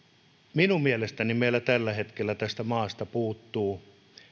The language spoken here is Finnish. minun mielestäni meillä tällä hetkellä tästä maasta puuttuu